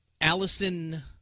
Allison